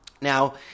Now